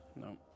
No